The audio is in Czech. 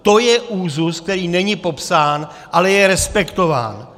To je úzus, který není popsán, ale je respektován.